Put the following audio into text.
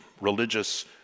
religious